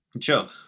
Sure